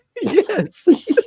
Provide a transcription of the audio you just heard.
Yes